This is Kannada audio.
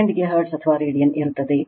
ಸೆಕೆಂಡಿಗೆ ಹರ್ಟ್ಜ್ ಅಥವಾ ರೇಡಿಯನ್ ಇರುತ್ತದೆ